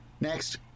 Next